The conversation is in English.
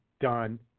done